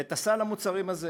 ועם סל המוצרים הזה